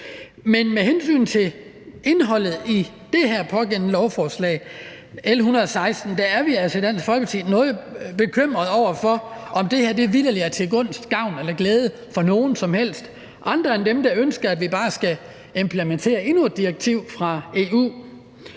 Men med hensyn til indholdet i det her pågældende lovforslag, L 116, er vi altså i Dansk Folkeparti noget bekymrede, i forhold til om det vitterlig er til gunst, gavn eller glæde for nogen som helst andre end dem, der ønsker, at vi bare skal implementere endnu et direktiv fra EU.